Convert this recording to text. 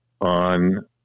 on